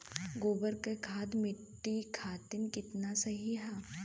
गोबर क खाद्य मट्टी खातिन कितना सही ह?